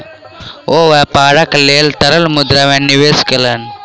ओ व्यापारक लेल तरल मुद्रा में निवेश कयलैन